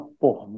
por